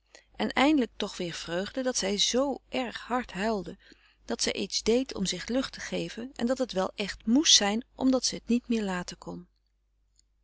en eindelijk toch weer vreugde dat zij zoo erg hard huilde dat zij iets deed om zich lucht te geven en dat het wel echt moest zijn omdat ze het niet meer laten kon